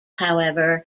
however